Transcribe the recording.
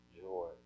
joy